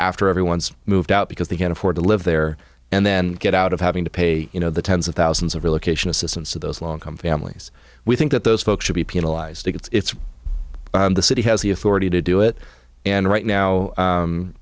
after everyone's moved out because they can't afford to live there and then get out of having to pay you know the tens of thousands of realization assistance to those low income families we think that those folks should be penalized if it's the city has the authority to do it and right now